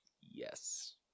Yes